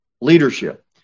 leadership